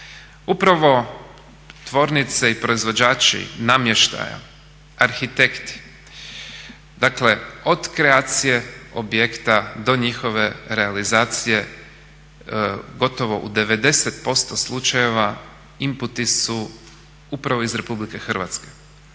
Upravo tvornice i proizvođači namještaja, arhitekti, dakle od kreacije objekta do njihove realizacije gotovo u 90% slučajeva imputi su upravo iz Republike Hrvatske.